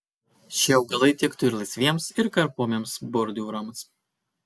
šie augalai tiktų ir laisviems ir karpomiems bordiūrams